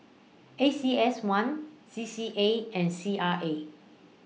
A C S one C C A and C R A